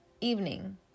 evening